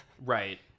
Right